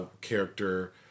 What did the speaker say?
character